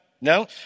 No